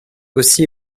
aussi